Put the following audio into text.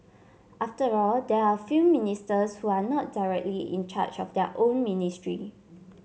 after all there are a few ministers who are not directly in charge of their own ministry